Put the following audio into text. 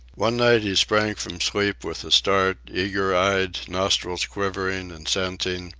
one night he sprang from sleep with a start, eager-eyed, nostrils quivering and scenting,